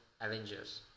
Avengers